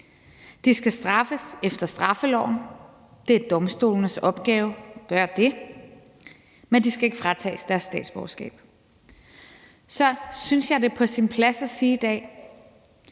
De skal straffes efter straffeloven, og det er domstolenes opgave at gøre det, men de skal ikke fratages deres statsborgerskab. Så synes jeg, det er på sin plads i dag